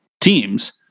teams